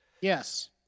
Yes